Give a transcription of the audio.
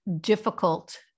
difficult